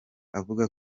avuga